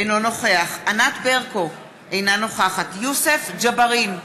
אינו נוכח ענת ברקו, אינה נוכחת יוסף ג'בארין,